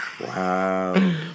wow